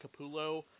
Capullo